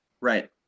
Right